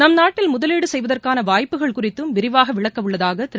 நம் நாட்டில் முதலீடு செய்வதற்கான வாய்புகள் குறித்தும் விரிவாக விளக்க உள்ளதாக திரு